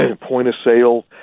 point-of-sale